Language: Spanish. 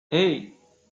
hey